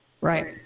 Right